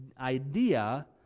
idea